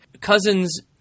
cousin's